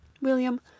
William